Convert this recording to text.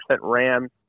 RAM